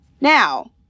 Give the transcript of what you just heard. now